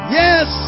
yes